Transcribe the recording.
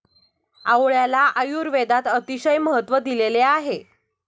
आवळ्याला आयुर्वेदात अतिशय महत्त्व दिलेले आहे